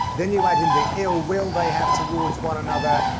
then you add in the ill will they have towards one another.